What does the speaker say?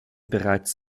bereits